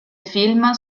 film